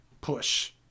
push